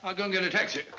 like um get a taxi.